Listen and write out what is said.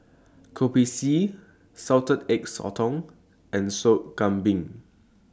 Kopi C Salted Egg Sotong and Sop Kambing